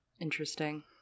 Interesting